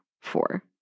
four